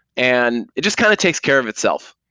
and it just kind of takes care of itself.